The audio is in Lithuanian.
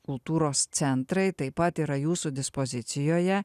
kultūros centrai taip pat yra jūsų dispozicijoje